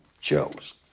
chose